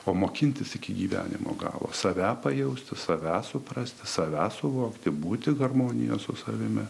o mokintis iki gyvenimo galo save pajausti save suprasti save suvokti būti harmonijoj su savimi